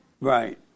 Right